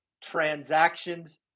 transactions